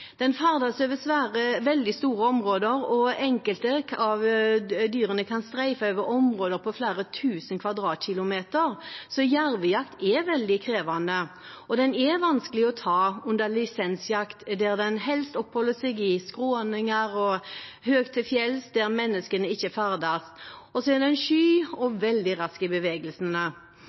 Den ferdes over veldig store områder, og enkelte av dyrene kan streife over områder på flere tusen kvadratkilometer. Jervejakt er altså veldig krevende, og den er vanskelig å ta under lisensjakt fordi den helst oppholder seg i skråninger og høyt til fjells der menneskene ikke ferdes. Den er også sky og veldig rask i bevegelsene.